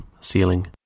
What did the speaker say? ceiling